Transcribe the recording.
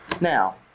Now